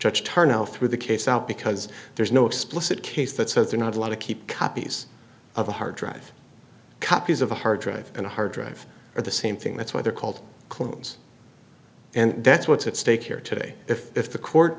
tarnal through the case out because there's no explicit case that says they're not allowed to keep copies of the hard drive copies of the hard drive and a hard drive or the same thing that's why they're called clones and that's what's at stake here today if if the court